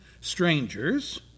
strangers